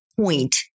point